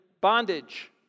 bondage